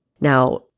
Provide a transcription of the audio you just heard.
Now